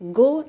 go